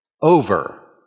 over